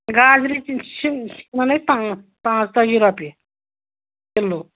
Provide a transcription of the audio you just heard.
گازرِ تہِ چھِ یہِ چھِ دِوان أسۍ پانٛژھ پانٛژھ تٲجی رۄپیہِ کِلوٗ